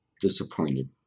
disappointed